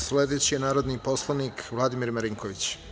Sledeći je narodni poslanik Vladimir Marinković.